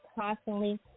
constantly